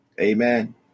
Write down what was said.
Amen